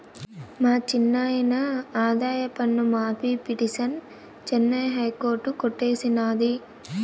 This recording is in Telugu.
మా చిన్నాయిన ఆదాయపన్ను మాఫీ పిటిసన్ చెన్నై హైకోర్టు కొట్టేసినాది